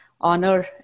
honor